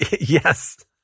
Yes